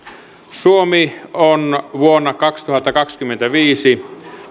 suomi on vuonna kaksituhattakaksikymmentäviisi